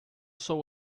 sou